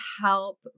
help